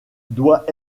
doit